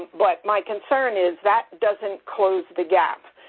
but my concern is that doesn't close the gap.